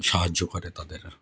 সাহায্য করে তাদের